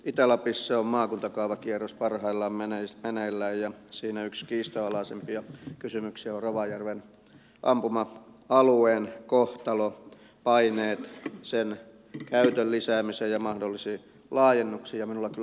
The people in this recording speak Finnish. itä lapissa on maakuntakaavakierros parhaillaan meneillään ja siinä yksi kiistanalaisimpia kysymyksiä on rovajärven ampuma alueen kohtalo paineet sen käytön lisäämiseen ja mahdollisiin laajennuksiin